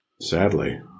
Sadly